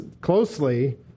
closely